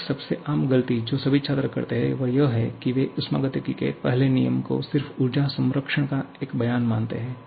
एक सबसे आम गलती जो सभी छात्र करते हैं वह यह है कि वे ऊष्मागतिकी के पहले नियम को सिर्फ ऊर्जा संरक्षण का एक बयान मानते हैं